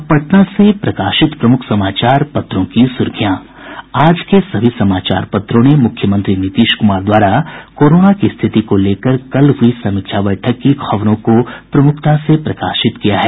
अब पटना से प्रकाशित प्रमुख समाचार पत्रों की सुर्खियां आज के सभी समाचार पत्रों ने मुख्यमंत्री नीतीश कुमार द्वारा कोरोना की स्थिति को लेकर कल हुई समीक्षा बैठक की खबरों को प्रमुखता से प्रकाशित किया है